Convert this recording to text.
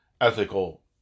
ethical